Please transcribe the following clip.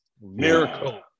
Miracle